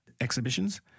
exhibitions